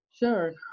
Sure